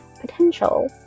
potential